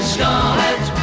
Scarlet